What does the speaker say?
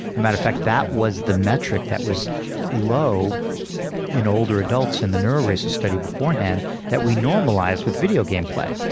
and matter of fact, that was the metric that was low in older adults in the neuroracer study beforehand that we normalized with video game play.